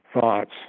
thoughts